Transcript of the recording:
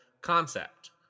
concept